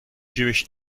jewish